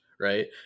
right